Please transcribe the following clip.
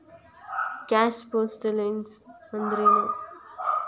Cash flow statement ಅಂದ್ರೇನು?